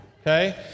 Okay